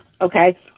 okay